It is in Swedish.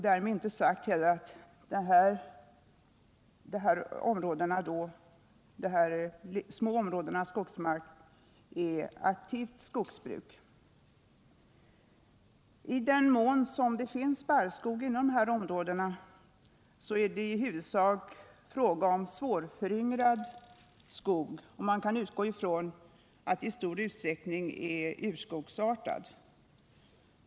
Därmed är inte sagt att aktivt skogsbruk bedrivs inom de små områdena skogsmark. I den mån som det finns barrskog inom dessa områden är det i huvudsak fråga om svårföryngrad skog, och man kan utgå från att den i stor utsträckning är urskogsartad.